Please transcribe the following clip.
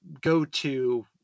go-to